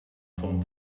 vom